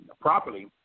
properly